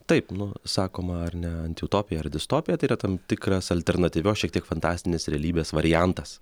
taip nu sakoma ar ne antiutopija ar distopija tai yra tam tikras alternatyvios šiek tiek fantastinės realybės variantas